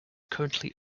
currently